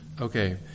Okay